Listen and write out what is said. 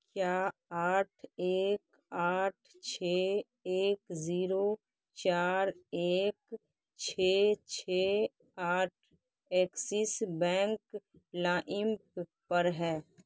کیا آٹھ ایک آٹھ چھ ایک زیرو چار ایک چھ چھ آٹھ ایکسس بینک لائمپ پر ہے